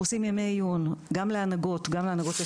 אנחנו עושים ימי עיון גם להנהגות של